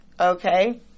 Okay